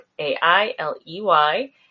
A-I-L-E-Y